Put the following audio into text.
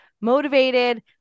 motivated